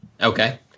Okay